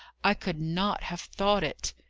i could not have thought it.